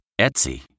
Etsy